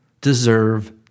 deserve